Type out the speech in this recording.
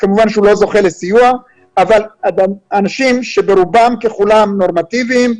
כמובן שהוא לא זוכה לסיוע אבל אנשים שברובם ככולם נורמטיביים,